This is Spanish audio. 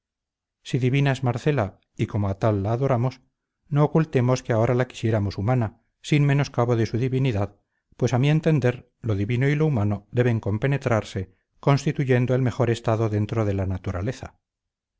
si divina es marcela y como a tal la adoramos no ocultemos que ahora la quisiéramos humana sin menoscabo de su divinidad pues a mi entender lo divino y lo humano deben compenetrarse constituyendo el mejor estado dentro de la naturaleza